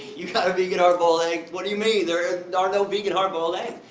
you got a vegan hard-boiled egg? what do you mean? there are no vegan hard-boiled eggs!